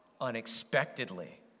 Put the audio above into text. unexpectedly